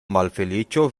malfeliĉo